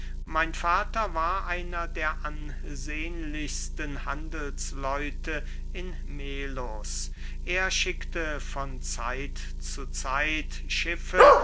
mein vater war einer der ansehnlichsten handelsleute in melos er schickte von zeit zu zeit schiffe